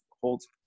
holds